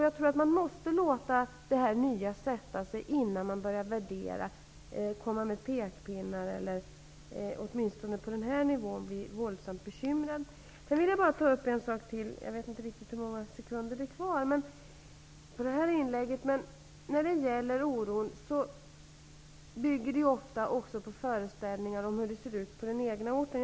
Jag tror att man måste låta det nya sätta sig innan man börjar värdera, komma med pekpinnar eller, åtminstone på den här nivån, bli våldsamt bekymrad. Jag vet inte hur många sekunder som är kvar av detta inlägg, men jag vill beträffande oron också säga att den ofta bygger på föreställningar om hur det ser ut på den egna orten.